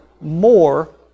more